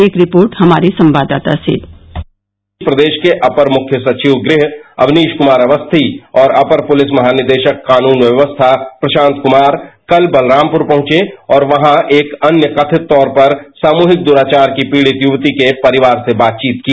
एक रिर्पोट हमारे संवाददाता सेः प्रदेश के अपर मुख्य सचिव अवनीश कुमार अवस्थी और अपर पुलिस महानिदेशक कानून व्यवस्था प्रशांत कुमार कल बलरामुर पहुंचे और यहां एक अन्य कथित तौर पर सामूहिक दुराचार की पीड़ित युवती के परिवार से बातचीत की